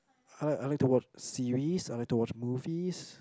I like I like to watch series I like to watch movies